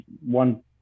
one